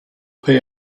pay